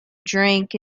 drink